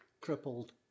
crippled